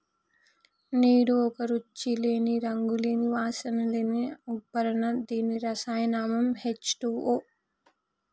నీరు ఒక రుచి లేని, రంగు లేని, వాసన లేని అకర్బన దీని రసాయన నామం హెచ్ టూవో